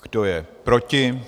Kdo je proti?